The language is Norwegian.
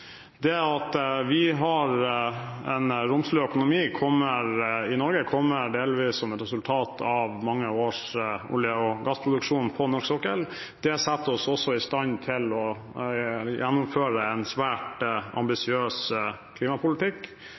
Det at vi har en romslig økonomi i Norge, kommer delvis som et resultat av mange års olje- og gassproduksjon på norsk sokkel. Det setter oss også i stand til å gjennomføre en svært ambisiøs klimapolitikk.